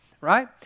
right